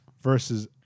versus